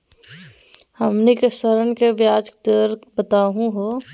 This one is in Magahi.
हमनी के ऋण के ब्याज दर बताहु हो?